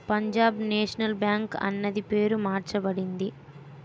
Punjab National Bank అన్నది పేరు మార్చబడింది